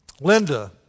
Linda